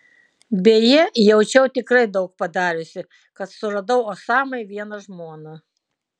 beje jaučiau tikrai daug padariusi kad suradau osamai vieną žmoną